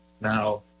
Now